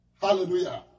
Hallelujah